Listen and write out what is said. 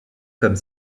comme